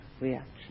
reaction